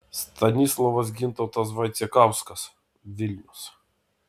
stanislovas gintautas vaicekauskas vilnius